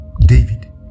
David